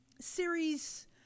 series